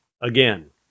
again